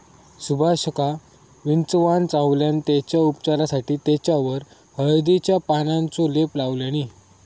सुभाषका विंचवान चावल्यान तेच्या उपचारासाठी तेच्यावर हळदीच्या पानांचो लेप लावल्यानी